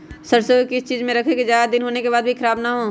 सरसो को किस चीज में रखे की ज्यादा दिन होने के बाद भी ख़राब ना हो?